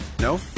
No